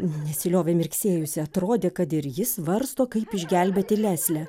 nesiliovė mirksėjusi atrodė kad ir ji svarsto kaip išgelbėti leslę